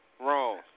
Wrong